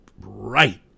right